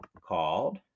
called